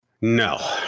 No